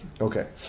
Okay